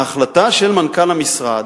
ההחלטה של מנכ"ל המשרד,